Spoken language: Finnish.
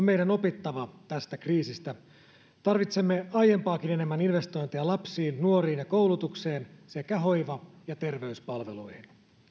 meidän opittava tästä kriisistä tarvitsemme aiempaakin enemmän investointeja lapsiin nuoriin ja koulutukseen sekä hoiva ja terveyspalveluihin